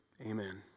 amen